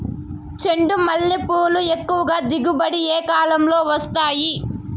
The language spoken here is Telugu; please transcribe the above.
చెండుమల్లి పూలు ఎక్కువగా దిగుబడి ఏ కాలంలో వస్తాయి